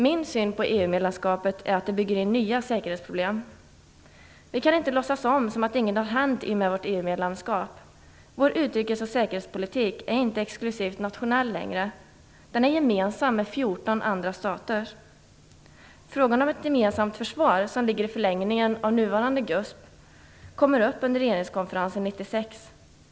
Min syn på EU-medlemskapet är att det bygger in nya säkerhetsproblem. Vi kan inte låtsas som om ingenting har hänt i och med vårt EU-medlemskap. Vår utrikes och säkerhetspolitik är inte exklusivt nationell längre. Den är gemensam för oss och 14 andra stater. Frågan om ett gemensamt försvar, som är en förlängning av nuvarande GUSP, kommer upp under regeringskonferensen 1996.